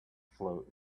float